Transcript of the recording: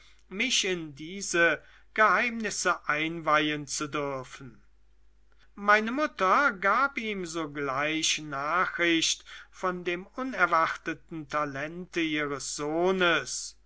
mich in diese geheimnisse einweihen zu dürfen meine mutter gab ihm sogleich nachricht von dem unerwarteten talente ihres sohnes